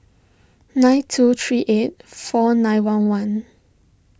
nine two three eight four nine one one